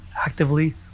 actively